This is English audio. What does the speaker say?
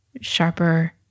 sharper